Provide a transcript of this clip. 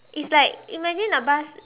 it's like imagine the bus